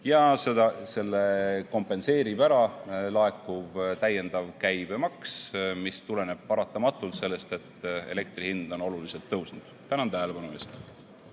Selle kompenseerib laekuv täiendav käibemaks, mis tuleneb paratamatult sellest, et elektri hind on oluliselt tõusnud. Tänan tähelepanu eest!